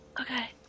okay